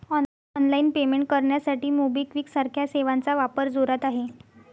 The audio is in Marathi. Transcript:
ऑनलाइन पेमेंट करण्यासाठी मोबिक्विक सारख्या सेवांचा वापर जोरात आहे